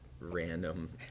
random